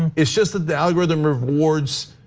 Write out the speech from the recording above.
and it's just that the algorithm rewards